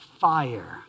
fire